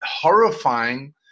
horrifying